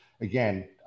again